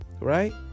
Right